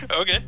Okay